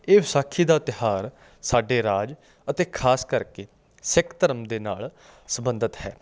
ਇਹ ਵਿਸਾਖੀ ਦਾ ਤਿਉਹਾਰ ਸਾਡੇ ਰਾਜ ਅਤੇ ਖਾਸ ਕਰਕੇ ਸਿੱਖ ਧਰਮ ਦੇ ਨਾਲ ਸੰਬੰਧਿਤ ਹੈ